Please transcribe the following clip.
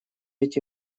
эти